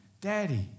daddy